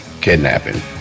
kidnapping